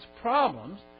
problems